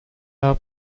are